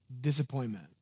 disappointment